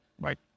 Right